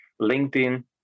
LinkedIn